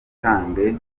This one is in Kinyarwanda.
twitange